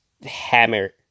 hammer